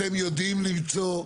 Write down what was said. אתם יודעים למצוא?